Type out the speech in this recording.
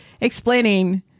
explaining